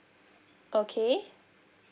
okay